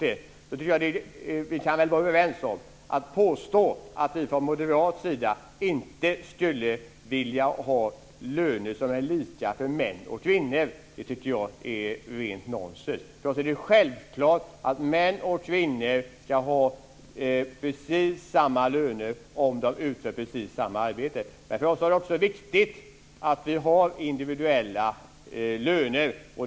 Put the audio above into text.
Vi kan väl vara överens om att det är rent nonsens att påstå att vi moderater inte skulle vilja ha löner som är lika för män och kvinnor. För oss är det självklart att män och kvinnor ska ha precis samma löner om de utför precis samma arbete. Det är också viktigt att vi har individuella löner.